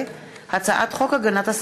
גילה גמליאל,